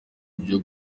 byo